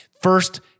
First